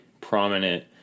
prominent